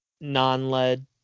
non-lead